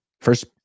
first